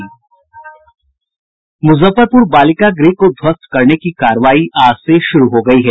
मुजफ्फरपुर बालिका गृह को ध्वस्त करने की कार्रवाई आज से शुरू हो गयी है